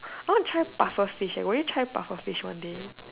I want try pufferfish would you try pufferfish one day